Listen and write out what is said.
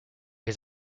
his